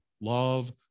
love